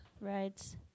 rides